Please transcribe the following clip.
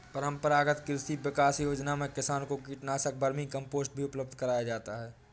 परम्परागत कृषि विकास योजना में किसान को कीटनाशक, वर्मीकम्पोस्ट भी उपलब्ध कराया जाता है